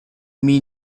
mean